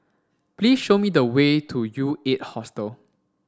please show me the way to U eight Hostel